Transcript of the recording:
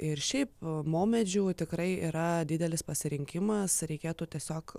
ir šiaip maumedžių tikrai yra didelis pasirinkimas reikėtų tiesiog